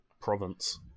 province